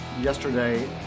yesterday